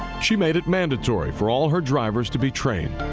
she made it mandatory for all her drivers to be trained.